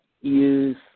use